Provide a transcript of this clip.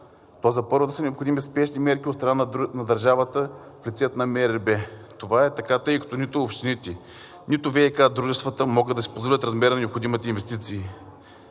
то за първата са необходими спешни мерки от страна на държавата в лицето на МРРБ. Това е така, тъй като нито общините, нито ВиК дружествата могат да си позволят размера на необходимите инвестиции.